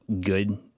good